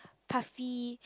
puffy